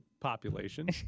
population